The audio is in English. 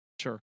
Sure